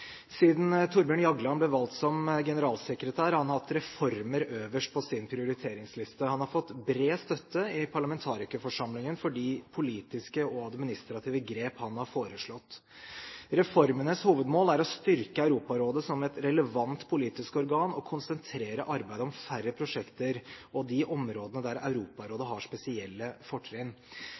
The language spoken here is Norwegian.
Siden Thorbjørn Jagland ble valgt som generalsekretær, har han hatt reformer øverst på sin prioriteringsliste. Han har fått bred støtte i parlamentarikerforsamlingen for de politiske og administrative grep han har foreslått. Reformenes hovedmål er å styrke Europarådet som et relevant politisk organ og konsentrere arbeidet om færre prosjekter og de områdene der Europarådet har spesielle fortrinn.